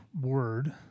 word